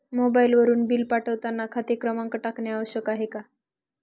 मोबाईलवरून बिल पाठवताना खाते क्रमांक टाकणे आवश्यक आहे का?